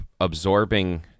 absorbing